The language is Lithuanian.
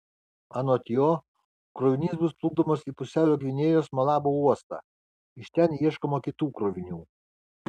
anot jo krovinys bus plukdomas į pusiaujo gvinėjos malabo uostą iš ten ieškoma kitų krovinių